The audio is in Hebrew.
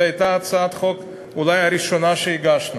זו הייתה הצעת חוק אולי הראשונה שהגשנו.